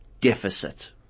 deficit